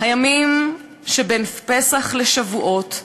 הימים שבין פסח לשבועות,